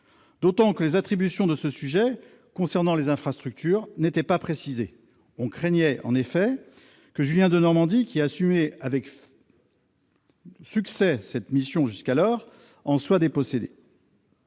outre que les attributions concernant les infrastructures n'étaient pas précisées ? On craignait en effet que Julien Denormandie, qui assumait avec succès cette mission jusqu'alors, en soit dépossédé.